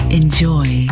enjoy